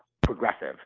progressive